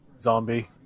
Zombie